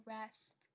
rest